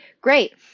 great